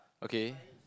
okay